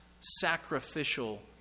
sacrificial